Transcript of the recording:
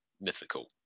mythical